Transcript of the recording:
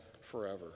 forever